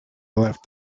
left